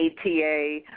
ATA